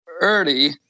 early